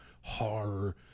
horror